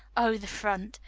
oh, the front,